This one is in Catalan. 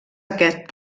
aquest